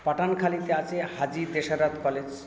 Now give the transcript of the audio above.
পাঠানখালীতে আছে হাজি দেসারাত কলেজ